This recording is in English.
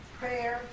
prayer